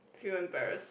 were you embarrassed